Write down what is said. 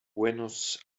buenos